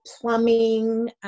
plumbing